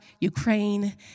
Ukraine